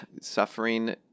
suffering